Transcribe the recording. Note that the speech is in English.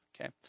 Okay